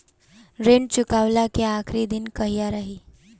ऋण चुकव्ला के आखिरी दिन कहिया रही?